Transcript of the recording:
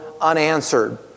unanswered